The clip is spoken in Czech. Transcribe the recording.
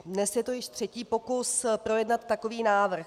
Dnes je to již třetí pokus projednat takový návrh.